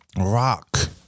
rock